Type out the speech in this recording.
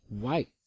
White